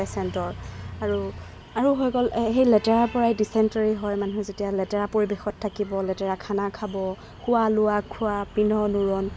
পেচেণ্টৰ আৰু আৰু হৈ গ'ল সেই লেতেৰা পৰাই ডিচেণ্টেৰী হয় মানুহ যেতিয়া লেতেৰা পৰিবেশত থাকিব লেতেৰা খানা খাব শোৱা লোৱা খোৱা পিন্ধন ঊৰন